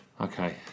okay